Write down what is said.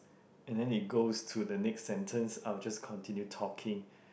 and then it goes to the next sentence I'll just continue talking